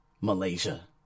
Malaysia